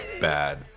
bad